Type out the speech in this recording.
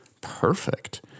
Perfect